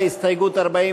ההסתייגות (18)